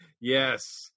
Yes